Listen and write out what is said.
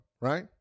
right